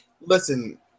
Listen